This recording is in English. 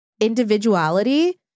individuality